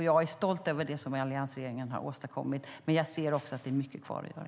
Jag är stolt över det som alliansregeringen har åstadkommit, men jag ser också att det är mycket kvar att göra.